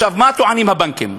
מה טוענים הבנקים?